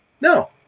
No